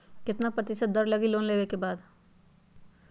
कितना प्रतिशत दर लगी लोन लेबे के बाद?